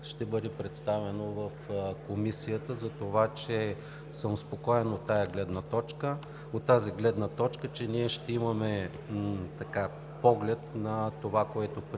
ще бъде представено в Комисията. За това съм спокоен от тази гледна точка, че ние ще имаме поглед на това, което предстои